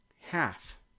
half